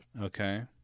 Okay